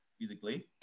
physically